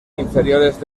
inferiores